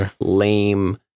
lame